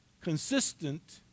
consistent